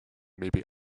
maybe